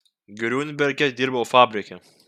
griunberge dirbau fabrike